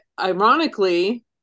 ironically